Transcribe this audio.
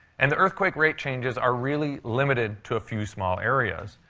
and the earthquake rate changes are really limited to a few small areas.